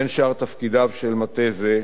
בין שאר תפקידיו של מטה זה,